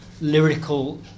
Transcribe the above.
lyrical